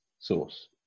source